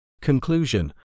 Conclusion